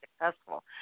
successful